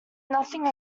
nothing